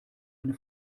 eine